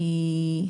הדוח.